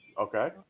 Okay